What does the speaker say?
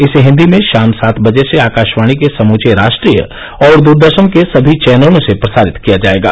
इसे हिन्दी में शाम सात बजे से आकाशवाणी के समूचे राष्ट्रीय और दूरदर्शन के सभी चैनलों से प्रसारित किया जाएगा